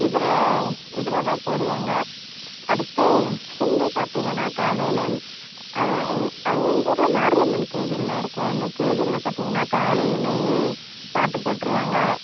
இதில் இதில் தான் போடுவாங்க அடுத்து ஹிந்து பார்த்திங்கன்னா காலையிலயே அவங்க எங்க அவங்கவுங்க ஊரில் மாரியம்மன் கோவில் எல்லாம் இருக்கும் அந்த கோவிலில் பார்த்திங்கன்னா காலையிலயே பாட்டு போட்ருவாங்க